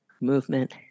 movement